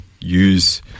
use